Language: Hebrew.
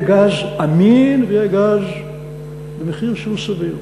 גז אמין ויהיה גז במחיר שהוא סביר.